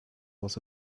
was